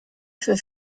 für